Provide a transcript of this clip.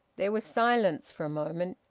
there was silence for a moment.